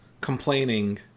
complaining